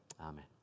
amen